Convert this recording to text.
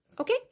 Okay